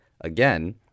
again